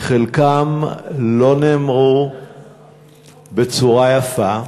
חלקם לא נאמרו בצורה יפה.